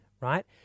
Right